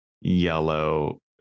yellow